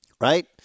Right